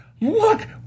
look